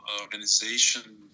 organization